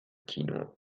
kino